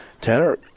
Tanner